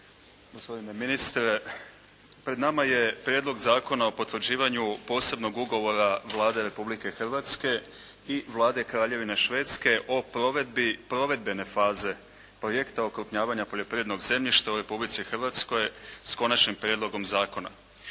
gospodine ministre. Pred nama je Prijedlog zakona o potvrđivanju Posebnog ugovora Vlade Republike Hrvatske i Vlade Kraljevine Švedske o provedbi provedbene faze Projekta "Okrupnjavanje poljoprivrednog zemljišta u Republici Hrvatskoj" s Konačnim prijedlogom zakona.